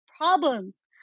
problems